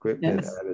yes